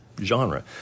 genre